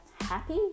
happy